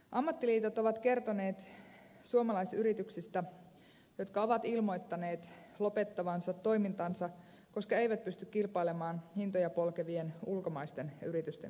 ammattiliitot ovat kertoneet suomalaisyrityksistä jotka ovat ilmoittaneet lopettavansa toimintansa koska eivät pysty kilpailemaan hintoja polkevien ulkomaisten yritysten kanssa